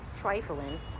trifling